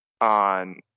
on